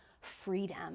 freedom